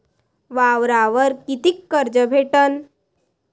वावरावर कितीक कर्ज भेटन?